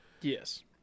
Yes